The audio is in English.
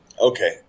Okay